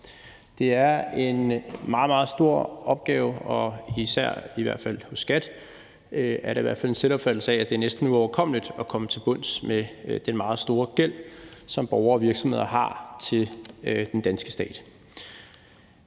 Det er en meget, meget stor opgave, og især hos skattemyndighederne er der i hvert fald en selvopfattelse af, at det næsten er uoverkommeligt at komme til bunds i den meget store gæld, som borgere og virksomheder har til den danske stat.